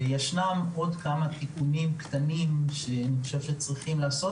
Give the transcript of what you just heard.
ישנם עוד כמה תיקונים שצריכים לעשות